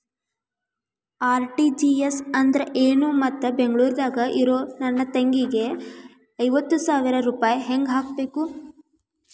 RTGS ಅಂದ್ರ ಏನು ಮತ್ತ ಬೆಂಗಳೂರದಾಗ್ ಇರೋ ನನ್ನ ತಂಗಿಗೆ ಐವತ್ತು ಸಾವಿರ ರೂಪಾಯಿ ಹೆಂಗ್ ಹಾಕಬೇಕು?